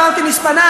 אמרתי מספנה,